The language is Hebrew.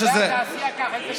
לגבי התעשייה, קח את זה כמובן מאליו.